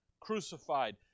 crucified